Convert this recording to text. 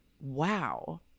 Wow